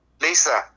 Lisa